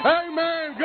amen